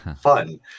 fun